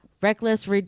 reckless